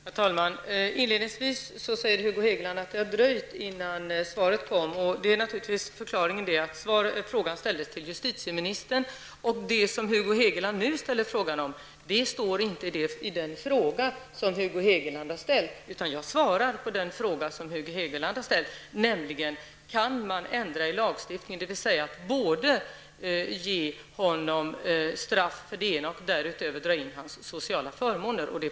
Herr talman! Hugo Hegeland sade inledningsvis att det har dröjt innan svaret kom. Förklaringen är naturligtvis att frågan ställdes till justitieministern. Det som Hugo Hegeland nu ställer en fråga om står inte i den skriftliga fråga som Hugo Hegeland har ställt. Jag svarar på den fråga som Hugo Hegeland har ställt, nämligen: Kan man ändra lagstiftningen? Kan man både ge honom straff och därutöver dra in hans sociala förmåner?